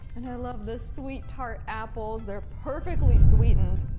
and i love this sweet tart apples, they're perfectly sweetened.